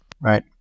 Right